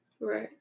Right